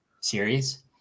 series